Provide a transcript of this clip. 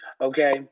okay